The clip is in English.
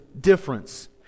difference